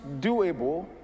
doable